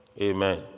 Amen